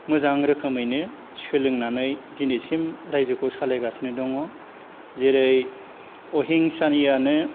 मोजां रोखोमैनो सोलोंनानै दिनैसिम रायजोखौ सालायगासिनो दङ जेरै अहिंसानियानो